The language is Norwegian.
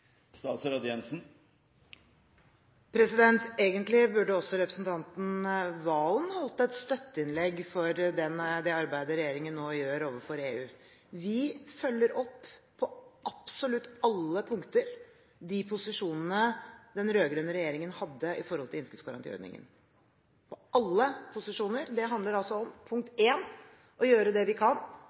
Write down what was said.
Egentlig burde også representanten Serigstad Valen holdt et støtteinnlegg for det arbeidet regjeringen nå gjør overfor EU. Vi følger opp på absolutt alle punkter de posisjonene den rød-grønne regjeringen hadde når det gjelder innskuddsgarantiordningen – alle posisjoner. Det handler altså om – punkt 1 – å gjøre det vi kan